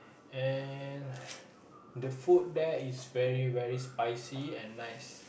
and the food there is very very spicy and nice